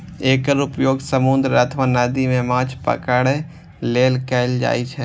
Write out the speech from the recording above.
एकर उपयोग समुद्र अथवा नदी मे माछ पकड़ै लेल कैल जाइ छै